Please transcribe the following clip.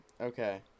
Okay